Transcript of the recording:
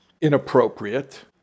inappropriate